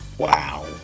Wow